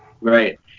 Right